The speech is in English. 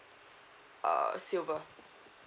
err silver